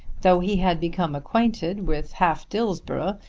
though he had become acquainted with half dillsborough,